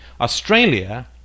Australia